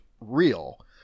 real